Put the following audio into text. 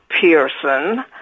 Pearson